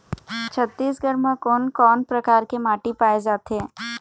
छत्तीसगढ़ म कोन कौन प्रकार के माटी पाए जाथे?